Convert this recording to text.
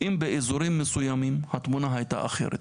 אם באזורים מסוימים התמונה הייתה אחרת.